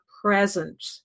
present